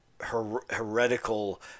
heretical